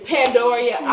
Pandora